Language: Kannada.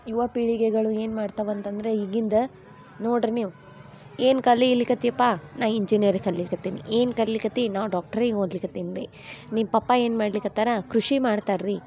ಯುವ ಪೀಳಿಗೆಗಳು ಏನು ಮಾಡ್ತಾವ ಅಂತಂದ್ರೆ ಈಗಿಂದ ನೋಡ್ರಿ ನೀವು ಏನು ಕಲಿಲಿಕತಿಯಪ್ಪ ನಾನು ಇಂಜಿನಿಯರ್ ಕಲಿಯಕತ್ತೀನಿ ಏನು ಕಲಿಲಿಕತ್ತಿ ನಾನು ಡಾಕ್ಟ್ರಿಗೆ ಓದ್ಲಿಕತ್ತೀನಿ ರೀ ನಿನ್ನ ಪಪ್ಪ ಏನು ಮಾಡ್ಲಿಕತ್ತಾರ ಕೃಷಿ ಮಾಡ್ತಾರೆ ರೀ